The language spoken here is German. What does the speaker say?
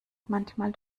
manchmal